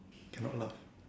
cannot laugh